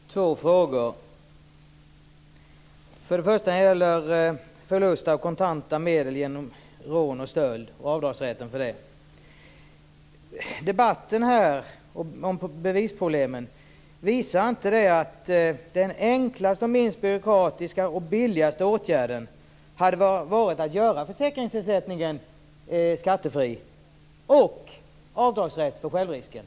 Herr talman! Jag har några frågor. Den första gäller förlust av kontanta medel genom rån och stöld och avdragsrätten för detta. Visar inte debatten om bevisproblemen att den enklaste, minst byråkratiska och billigaste åtgärden skulle vara att göra försäkringsersättningen skattefri och att införa avdragsrätt för självrisken?